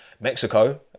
Mexico